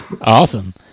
awesome